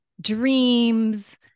dreams